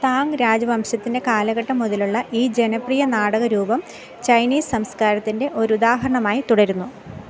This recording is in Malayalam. താങ് രാജവംശത്തിന്റെ കാലഘട്ടം മുതലുള്ള ഈ ജനപ്രിയ നാടകരൂപം ചൈനീസ് സംസ്കാരത്തിന്റെ ഒരു ഉദാഹരണമായി തുടരുന്നു